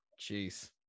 Jeez